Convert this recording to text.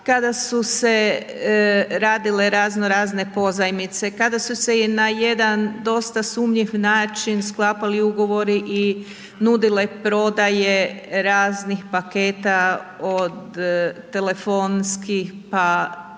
kada su se radile razno razne pozajmice, kada su se i na jedan dosta sumnjiv način sklapali ugovori i nudile prodaje raznih paketa od telefonskih, pa do